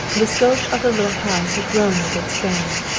the scope of the little house had grown with its fame.